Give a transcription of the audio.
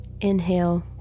Inhale